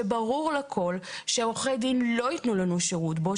שברור לכול שעורכי דין לא ייתנו לנו שירות בו,